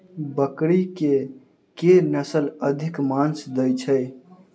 बकरी केँ के नस्ल अधिक मांस दैय छैय?